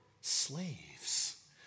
slaves